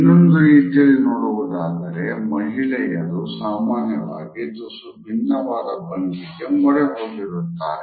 ಇನ್ನೊಂದು ರೀತಿಯಲ್ಲಿ ನೋಡುವುದಾದರೆ ಮಹಿಳೆಯರು ಸಾಮಾನ್ಯವಾಗಿ ತುಸು ಭಿನ್ನವಾದ ಭಂಗಿಗೆ ಮೊರೆ ಹೋಗಿರುತ್ತಾರೆ